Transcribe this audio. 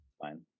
Fine